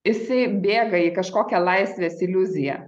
jisai bėga į kažkokią laisvės iliuziją